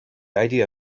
idea